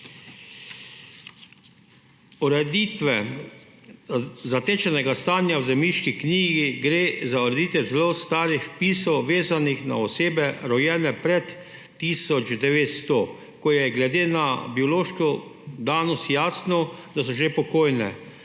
ureditve zatečenega stanja v zemljiški knjigi. Gre za ureditev zelo starih vpisov, vezanih na osebe, rojene pred 1900, ko je glede na biološko danost jasno, da so že pokojne.